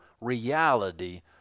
reality